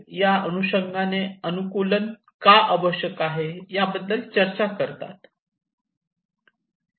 या अनुषंगाने अनुकूलन का आवश्यक आहे याबद्दल ते चर्चा करतात